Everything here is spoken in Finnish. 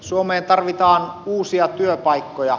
suomeen tarvitaan uusia työpaikkoja